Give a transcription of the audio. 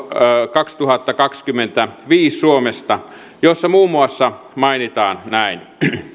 kaksituhattakaksikymmentäviisi suomesta jossa muun muassa mainitaan näin